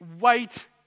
wait